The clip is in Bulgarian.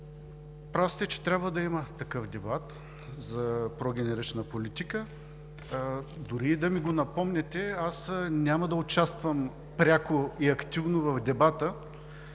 прав сте, че трябва да има такъв дебат за прогенерична политика. Дори и да ми го напомняте, няма да участвам пряко и активно в дебата,